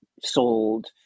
sold